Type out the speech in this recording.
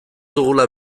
dugula